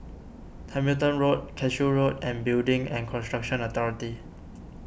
Hamilton Road Cashew Road and Building and Construction Authority